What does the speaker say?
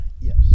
yes